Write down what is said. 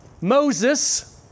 Moses